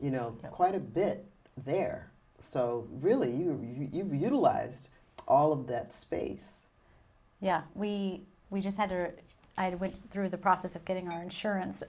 you know quite a bit there so really you're you've utilized all of that space yeah we we just had or i had went through the process of getting our insurance